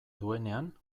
duenean